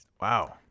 Wow